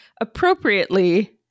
appropriately